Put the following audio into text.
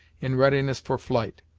in readiness for flight.